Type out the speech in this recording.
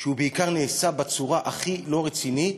שהוא בעיקר נעשה בצורה הכי לא רצינית